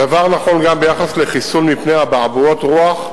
הדבר נכון גם ביחס לחיסון מפני אבעבועות רוח,